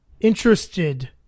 interested